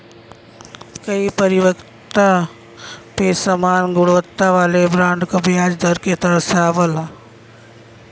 कई परिपक्वता पे समान गुणवत्ता वाले बॉन्ड क ब्याज दर के दर्शावला